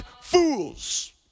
fools